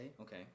Okay